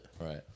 Right